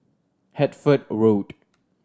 Hertford Road